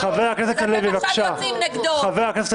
אז אתם עכשיו יוצאים נגדו.